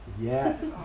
Yes